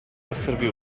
esservi